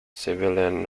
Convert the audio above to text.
civilian